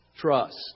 trust